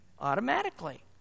Automatically